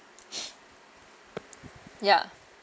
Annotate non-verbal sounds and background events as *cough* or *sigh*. *noise* ya